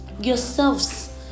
yourselves